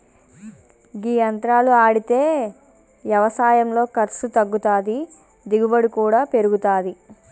గీ యంత్రాలు ఆడితే యవసాయంలో ఖర్సు తగ్గుతాది, దిగుబడి కూడా పెరుగుతాది